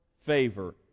favor